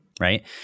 right